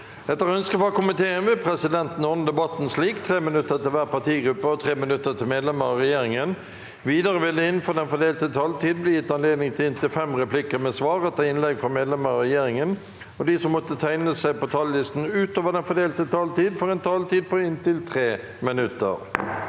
forvaltningskomiteen vil presidenten ordne debatten slik: 3 minutter til hver partigruppe og 3 minutter til medlemmer av regjeringen. Videre vil det – innenfor den fordelte taletid – bli gitt anledning til inntil fem replikker med svar etter innlegg fra medlemmer av regjeringen, og de som måtte tegne seg på talerlisten utover den fordelte taletid, får også en taletid på inntil 3 minutter.